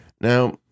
Now